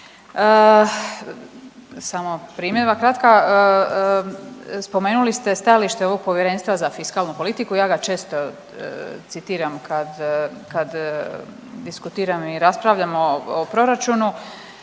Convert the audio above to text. Samo primjedba kratka. Spomenuli ste stajalište ovog Povjerenstva za fiskalnu politiku, ja ga često citiram kad diskutiram i raspravljam o proračunu,